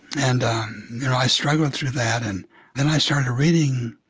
and i struggled through that. and then i started reading